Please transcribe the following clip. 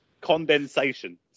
condensation